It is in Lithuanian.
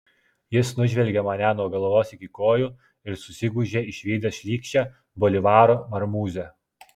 jis nužvelgė mane nuo galvos iki kojų ir susigūžė išvydęs šlykščią bolivaro marmūzę